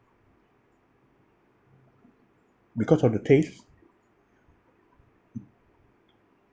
because of the taste